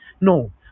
No